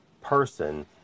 person